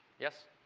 yes.